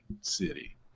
city